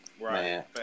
Right